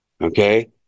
Okay